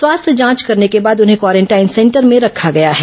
स्वास्थ्य जांच करने के बाद उन्हें क्वारेंटाइन सेंटर में रखा गया है